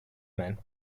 man